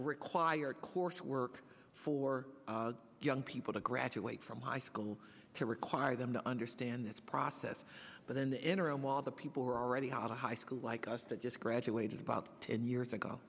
require coursework for young people to graduate from high school to require them to understand this process but in the interim while the people who are already out of high school like us that just graduated about ten years ago